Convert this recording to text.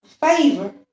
favor